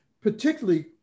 particularly